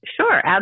Sure